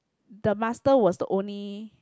the master was the only